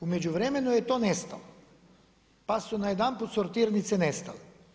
U međuvremenu je to nestalo, pa su najedanput sortirnice nestale.